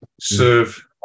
serve